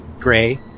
gray